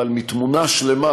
מתמונה שלמה,